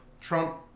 Trump